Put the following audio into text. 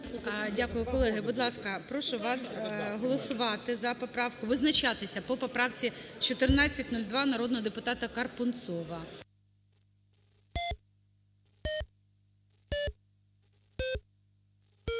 Дякую. Колеги, будь ласка, прошу вас голосувати за поправку, визначатися по поправці 1402 народного депутата Карпунцова.